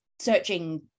searching